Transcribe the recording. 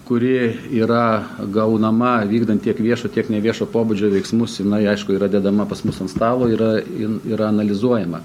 kuri yra gaunama vykdant tiek viešo tiek neviešo pobūdžio veiksmus jinai aišku yra dedama pas mus ant stalo yra in yra analizuojama